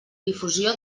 difusió